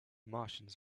martians